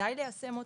שכדאי ליישם,